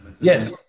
Yes